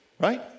Right